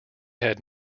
had